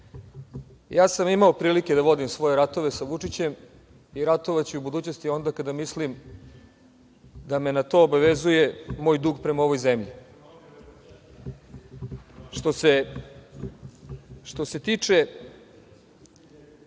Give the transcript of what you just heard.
sam imao prilike da vodim svoje ratove sa Vučićem i ratovaću u budućnosti onda kada mislim da me na to obavezuje moj dug prema ovoj zemlji. Što se tiče